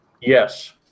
yes